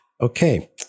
Okay